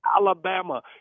Alabama